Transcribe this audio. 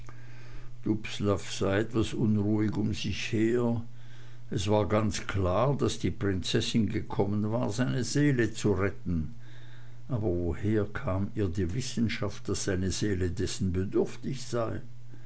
sah etwas unruhig um sich her es war ganz klar daß die prinzessin gekommen war seine seele zu retten aber woher kam ihr die wissenschaft daß seine seele dessen bedürftig sei